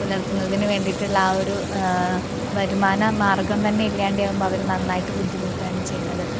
പുലർത്തുന്നതിന് വേണ്ടിയിട്ടുള്ള ആ ഒരു വരുമാന മാർഗം തന്നെ ഇല്ലാണ്ടാവുമ്പോൾ അവർ നന്നായിട്ട് ബുദ്ധിമുട്ടുകയാണ് ചെയ്യുന്നത്